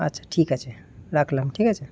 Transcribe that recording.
আচ্ছা ঠিক আছে রাখলাম ঠিক আছে